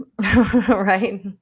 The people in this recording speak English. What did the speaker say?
right